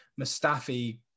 Mustafi